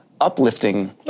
uplifting